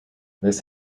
this